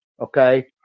okay